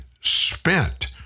spent